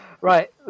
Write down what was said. right